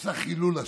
עשה חילול השם.